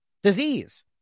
Disease